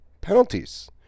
penalties